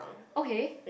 okay